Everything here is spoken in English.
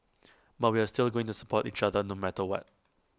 but we are still going to support each other no matter what